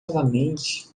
novamente